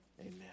amen